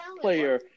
player